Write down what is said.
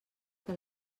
que